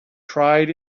tried